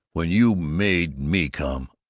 when you made me come,